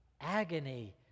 agony